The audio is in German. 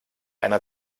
einer